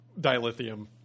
dilithium